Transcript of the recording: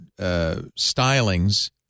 stylings